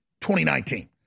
2019